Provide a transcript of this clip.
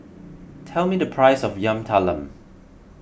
tell me the price of Yam Talam